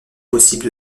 possible